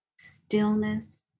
stillness